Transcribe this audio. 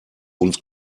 uns